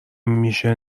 میشه